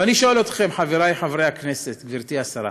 ואני שואל אתכם, חבריי חברי הכנסת, גברתי השרה: